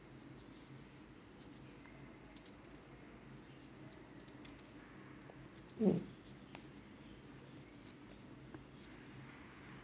mm